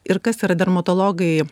ir kas yra dermatologai